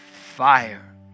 fire